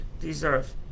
deserve